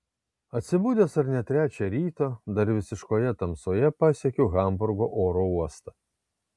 atsibudęs ar ne trečią ryto dar visiškoje tamsoje pasiekiu hamburgo oro uostą